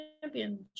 championship